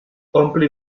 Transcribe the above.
ompli